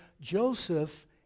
Joseph